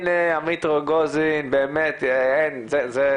אני מור לוי, אני תלמידת